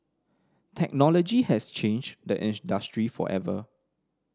technology has changed the industry forever